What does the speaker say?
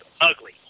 ugly